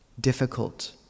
difficult